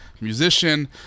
musician